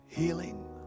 Healing